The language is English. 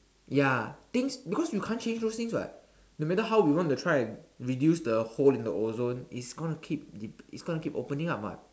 ya things because you can't change those things [what] no matter how we want to try and reduce the hole in the ozone it's gonna keep it's gonna keep opening up [what]